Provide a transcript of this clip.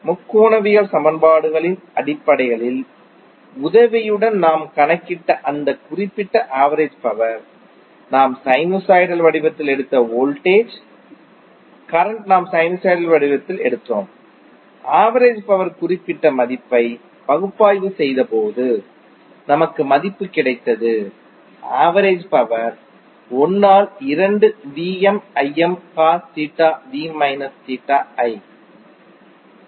எனவே முக்கோணவியல் சமன்பாடுகளின் அடிப்படைகளின் உதவியுடன் நாம் கணக்கிட்ட அந்த குறிப்பிட்ட ஆவரேஜ் பவர் நாம் சைனுசாய்டல் வடிவத்தில் எடுத்த வோல்டேஜ் கரண்ட் நாம் சைனூசாய்டல் வடிவத்தில் எடுத்தோம் ஆவரேஜ் பவர் குறிப்பிட்ட மதிப்பை பகுப்பாய்வு செய்தபோது நமக்கு மதிப்பு கிடைத்தது ஆவரேஜ் பவர் 1 ஆல் 2 VmIm cos theta v minus theta i